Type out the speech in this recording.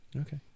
Okay